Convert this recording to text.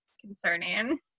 concerning